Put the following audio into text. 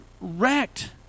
wrecked